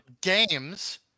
games